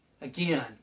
Again